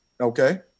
Okay